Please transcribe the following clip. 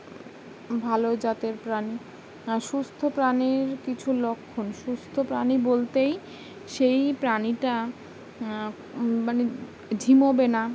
ভালো জাতের প্রাণী সুস্থ প্রাণীর কিছু লক্ষণ সুস্থ প্রাণী বলতেই সেই প্রাণীটা মানে ঝিমোবে না